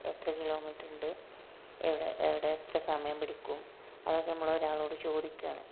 എത്ര കിലോമീറ്റർ ഉണ്ട് എവിടെ എവിടെ എത്ര സമയം പിടിക്കും അതൊക്കെ നമ്മൾ ഒരാളോട് ചോദിക്കുവാണ്